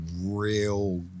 real